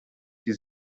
die